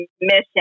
mission